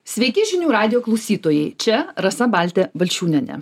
sveiki žinių radijo klausytojai čia rasa baltė balčiūnienė